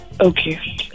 Okay